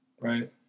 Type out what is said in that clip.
right